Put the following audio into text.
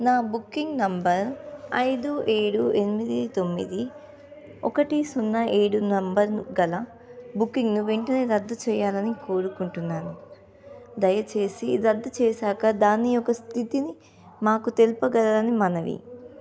నా booking number ఐదు ఏడు ఎనిమిది తొమ్మిది ఒకటి సున్నా ఏడు నెంబర్ గల బుకింగ్కు వెంటనే రద్దు చేయాలని కోరుకుంటున్నాను దయచేసి రద్దు చేశాక దాని యొక్క స్థితిని మాకు తెలుపగలరని మనవి